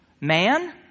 Man